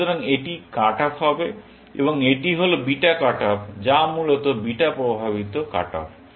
সুতরাং এটি cut off হবে এবং এটি হল বিটা কাট অফ বা মূলত বিটা প্রভাবিত কাট অফ